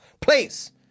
Please